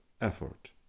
effort